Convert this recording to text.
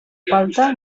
falta